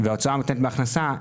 והוצאה מותנית בהכנסה,